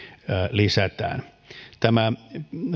lisätään tämä